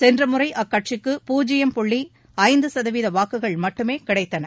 சென்ற முறை அக்கட்சிக்கு பூஜ்யம் புள்ளி ஐந்து சதவீத வாக்குகள் மட்டுமே கிடைத்தன